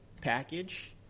package